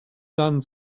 done